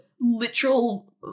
literal